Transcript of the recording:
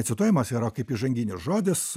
cituojamas yra kaip įžanginis žodis